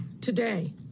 today